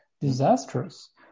disastrous